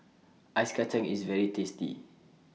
Ice Kachang IS very tasty